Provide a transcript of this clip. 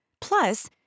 Plus